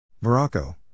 Morocco